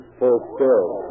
fulfilled